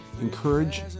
encourage